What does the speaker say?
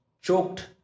choked